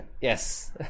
Yes